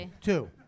two